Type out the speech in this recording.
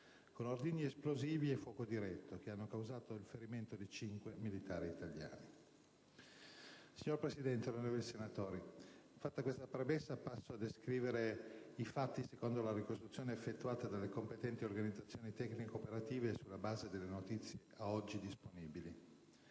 con ordigni esplosivi e fuoco diretto che hanno causato il ferimento di cinque militari italiani. Signor Presidente, onorevoli senatori, fatta questa premessa, passo a descrivere i fatti secondo la ricostruzione effettuata dalle competenti organizzazioni tecnico-operative e sulla base delle notizie ad oggi disponibili.